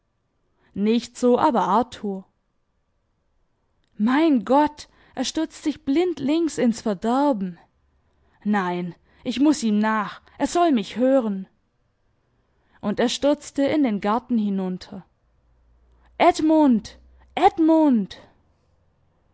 nicht so aber arthur mein gott er stürzt sich blindlings ins verderben nein ich muß ihm nach er soll mich hören und er stürzte in den garten hinunter edmund edmund